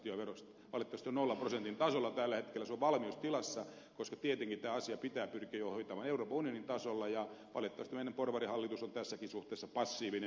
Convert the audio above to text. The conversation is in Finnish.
valitettavasti se on nollan prosentin tasolla tällä hetkellä se on valmiustilassa koska tietenkin tämä asia pitää pyrkiä jo hoitamaan euroopan unionin tasolla ja valitettavasti meidän porvarihallitus on tässäkin suhteessa passiivinen